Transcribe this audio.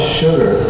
sugar